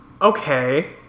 Okay